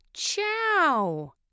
Ciao